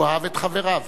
הוא אהב את חבריו,